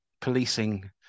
policing